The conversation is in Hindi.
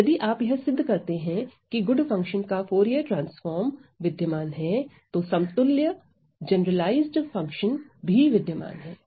तो यदि आप यह सिद्ध करते हैं की गुड फंक्शन का फूरिये ट्रांसफॉर्म विद्यमान है तो समतुल्य जनरलाइज्ड फंक्शन भी विद्यमान है